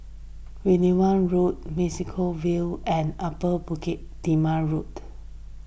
Wittering Road Vale and Upper Bukit Timah Road